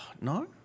no